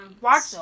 watch